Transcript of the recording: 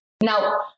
Now